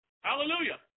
Hallelujah